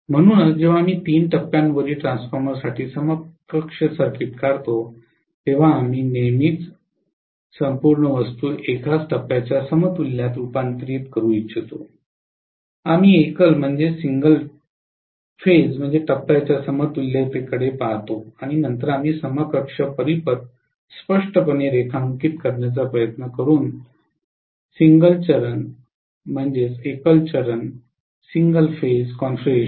म्हणूनच जेव्हा आम्ही तीन टप्प्यावरील ट्रान्सफॉर्मरसाठी समकक्ष सर्किट काढतो तेव्हा आम्ही नेहमीच संपूर्ण वस्तू एकाच टप्प्याच्या समतुल्यात रुपांतरित करू इच्छितो आम्ही एकल टप्प्याच्या समतुल्यतेकडे पाहतो आणि नंतर आम्ही समकक्ष परिपथ स्पष्टपणे रेखांकित करण्याचा प्रयत्न करू एकल चरण कॉन्फिगरेशन